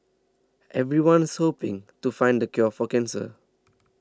everyone's hoping to find the cure for cancer